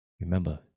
Remember